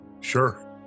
Sure